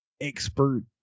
expert